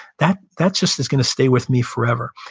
that that just is going to stay with me forever.